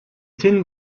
tin